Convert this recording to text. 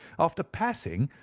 after passing,